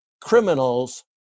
criminals